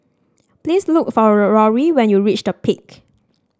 please look for Rory when you reach The Peak